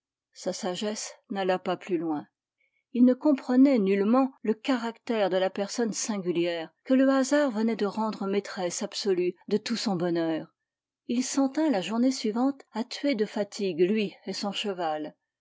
sa sagesse n'alla pas plus loin il ne comprenait nullement le caractère de la personne singulière que le hasard venait de rendre maîtresse absolue de tout son bonheur il s'en tint la journée suivante à tuer de fatigue lui et son cheval